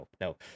no